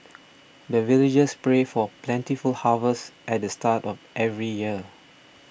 the villagers pray for plentiful harvest at the start of every year